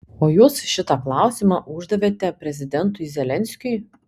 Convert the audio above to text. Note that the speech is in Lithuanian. o jūs šitą klausimą uždavėte prezidentui zelenskiui